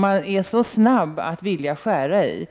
man är så snabb att skära i.